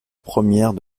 première